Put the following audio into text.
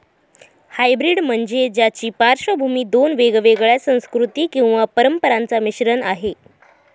hybrid म्हणजे ज्याची पार्श्वभूमी दोन वेगवेगळ्या संस्कृती किंवा परंपरांचा मिश्रण आहे